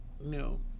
no